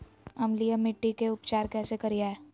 अम्लीय मिट्टी के उपचार कैसे करियाय?